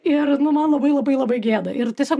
ir nu man labai labai labai gėda ir tiesiog